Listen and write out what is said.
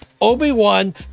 obi-wan